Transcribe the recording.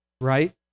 right